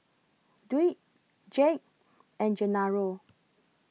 Dwight Jake and Genaro